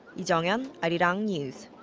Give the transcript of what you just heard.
lee jeong-yeon, arirang news